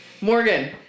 Morgan